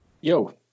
yo